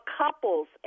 couples